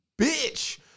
bitch